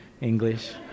English